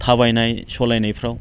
थाबायनाय सालायनायफ्राव